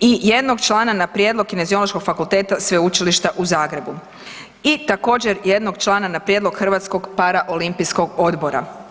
i jednog člana na prijedlog Kineziološkog fakulteta Sveučilišta u Zagrebu i također jednog člana na prijedlog Hrvatskog paraolimpijskog odbora.